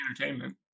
entertainment